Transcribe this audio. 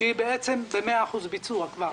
שהוא בעצם ב-100% ביצוע כבר.